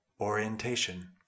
orientation